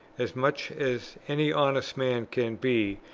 as much as any honest man can be,